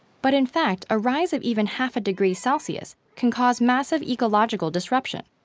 but in fact, a rise of even half a degree celsius can cause massive ecological disruption.